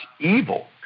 evil